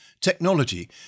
Technology